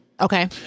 Okay